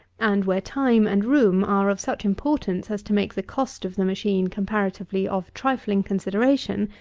and where time and room are of such importance as to make the cost of the machine comparatively of trifling consideration,